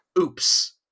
oops